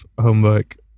homework